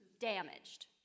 damaged